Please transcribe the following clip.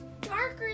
darker